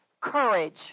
courage